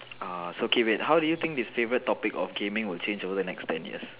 uh so K wait how do you think this favourite topic of gaming will change over the next ten years